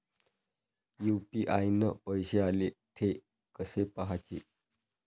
UPI न पैसे आले, थे कसे पाहाचे?